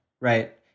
right